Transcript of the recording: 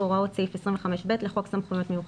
הוראות סעיף 2(ב) לחוק סמכויות מיוחדות.